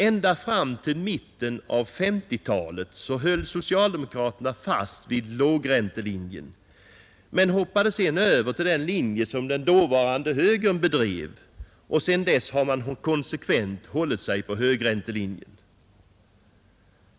Ända fram till mitten av 1950-talet höll socialdemokraterna fast vid lågräntelinjen men hoppade sedan över till den linje som den dåvarande högern bedrev och sedan dess har man konsekvent hållit sig till högräntelinjen.